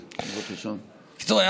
אני מדגיש: אכיפה טובה תמנע